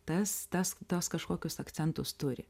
tas tas tuos kažkokius akcentus turi